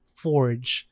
forge